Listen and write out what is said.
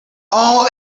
all